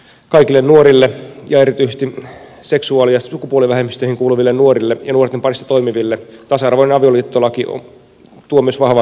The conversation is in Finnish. kaikille nuorille ja erityisesti seksuaali ja sukupuolivähemmistöihin kuuluville nuorille ja nuorten parissa toimiville tasa arvoinen avioliittolaki tuo myös vahvan viestin